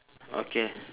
okay